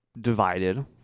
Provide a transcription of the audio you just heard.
divided